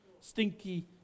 Stinky